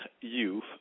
youth